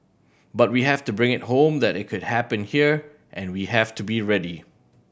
but we have to bring it home that it could happen here and we have to be ready